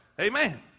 Amen